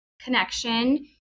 connection